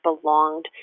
belonged